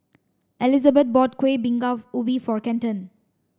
Elizabeth bought Kueh Bingka Ubi for Kenton